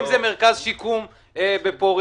אם זה מרכז שיקום בפוריה,